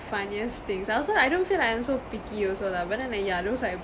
funniest things I also I don't feel like I'm so picky also lah but then like yeah those like